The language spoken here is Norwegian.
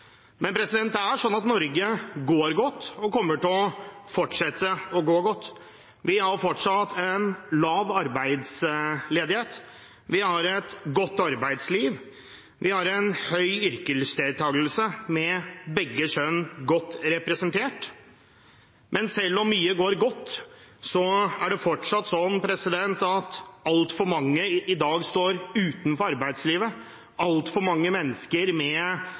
Men selv om mye går godt, er det fortsatt sånn at altfor mange i dag står utenfor arbeidslivet, altfor mange mennesker med